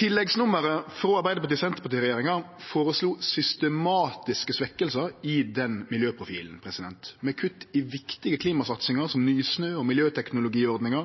Tilleggsnummeret frå Arbeidarparti–Senterparti-regjeringa føreslo systematiske svekkingar i den miljøprofilen, med kutt i viktige klimasatsingar som Nysnø og miljøteknologiordninga,